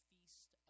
Feast